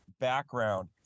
background